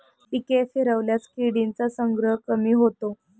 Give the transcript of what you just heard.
पिके फिरवल्यास किडींचा संग्रह कमी होतो